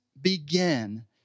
begin